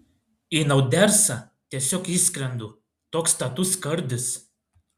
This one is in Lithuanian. į naudersą tiesiog įskrendu toks status skardis